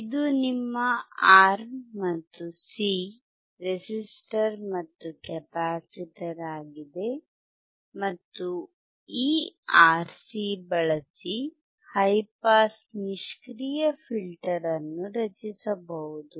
ಇದು ನಿಮ್ಮ R ಮತ್ತು C ರೆಸಿಸ್ಟರ್ ಮತ್ತು ಕೆಪಾಸಿಟರ್ ಆಗಿದೆ ಮತ್ತು ಈ RC ಬಳಸಿ ಹೈ ಪಾಸ್ ನಿಷ್ಕ್ರಿಯ ಫಿಲ್ಟರ್ ಅನ್ನು ರಚಿಸಬಹುದು